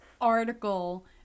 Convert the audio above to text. article